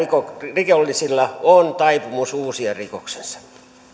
rikollisilla on taipumus uusia rikoksensa